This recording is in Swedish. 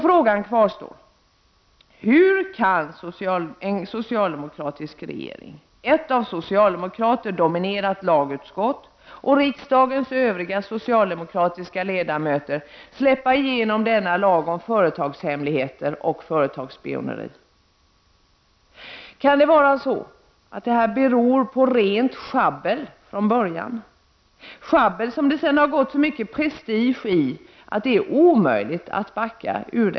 Frågan kvarstår: Hur kan en socialdemokratisk regering, ett av socialdemokrater dominerat lagutskott och riksdagens övriga socialdemokratiska ledamöter släppa igenom denna lag om företagshemligheter och företagsspioneri? Kan det hela bero på rent schabbel från början, schabbel som det sedan har gått så mycket prestige i att det är omöjligt att backa?